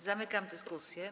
Zamykam dyskusję.